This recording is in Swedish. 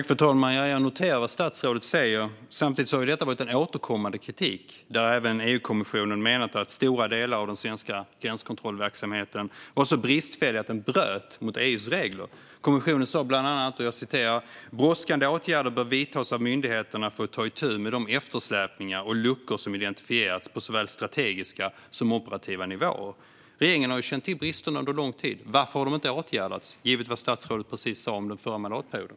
Fru talman! Jag noterar vad statsrådet säger. Samtidigt har detta varit en återkommande kritik. Även EU-kommissionen har menat att stora delar av den svenska gränskontrollverksamheten är så bristfällig att den bryter mot EU:s regler. Kommissionen säger bland annat: "Brådskande åtgärder bör vidtas av myndigheterna för att ta itu med de eftersläpningar och luckor som identifierats på såväl strategiska som operativa nivåer." Regeringen har känt till bristerna under lång tid. Varför har de inte åtgärdats, givet vad statsrådet precis sa om den förra mandatperioden?